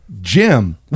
Jim